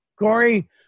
Corey